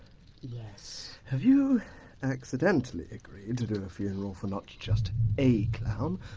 yes. have you accidentally agreed to do a funeral for not just a clown,